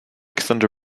thunder